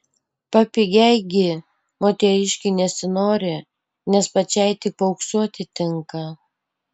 papigiai gi moteriškei nesinori nes pačiai tik paauksuoti tinka